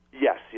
Yes